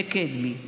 לקדמי,